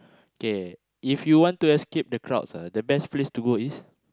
K if you want to escape the crowds ah the best place to go is